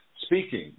speaking